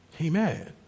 Amen